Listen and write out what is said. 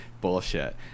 bullshit